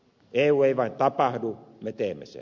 eu ei vain tapahdu me teemme sen